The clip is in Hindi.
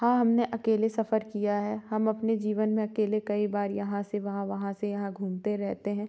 हाँ हमने अकेले सफ़र किया है हम अपने जीवन में अकेले कई बार यहाँ से वहाँ वहाँ से यहाँ घूमते रहते हैं